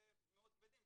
מאוד כבדים,